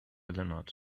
lennart